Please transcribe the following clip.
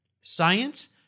science